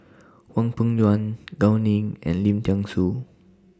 Hwang Peng Yuan Gao Ning and Lim Thean Soo